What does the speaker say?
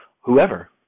whoever